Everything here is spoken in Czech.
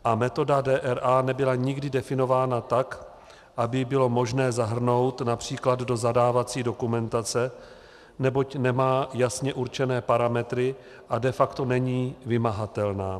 A metoda DRA nebyla nikdy definována tak, aby ji bylo možné zahrnout například do zadávací dokumentace, neboť nemá jasně určené parametry a de facto není vymahatelná.